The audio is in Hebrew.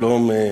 שלום,